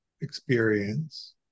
experience